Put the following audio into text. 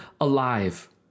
alive